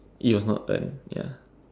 it was not earned ya